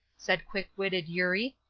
said quick-witted eurie.